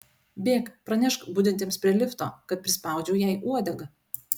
bėk pranešk budintiems prie lifto kad prispaudžiau jai uodegą